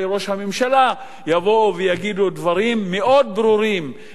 יבואו ויגידו דברים מאוד ברורים נגד ההסתה,